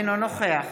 אינו נוכח